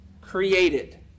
created